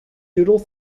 doodle